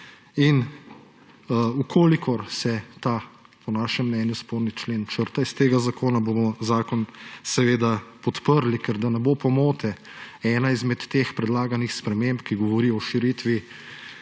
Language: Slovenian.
V kolikor se ta, po našem mnenju sporni člen črta iz tega zakona, bomo zakon seveda podprli. Da ne bo pomote, ena izmed teh predlaganih sprememb, ki govori o širitvi